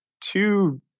two